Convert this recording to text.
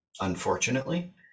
unfortunately